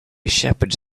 shepherds